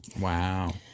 Wow